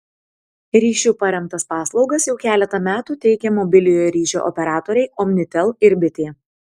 ryšiu paremtas paslaugas jau keletą metų teikia mobiliojo ryšio operatoriai omnitel ir bitė